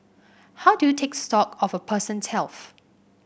how do you take stock of a person's health